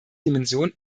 dimension